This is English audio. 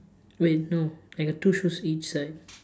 wait no I got two shoes each side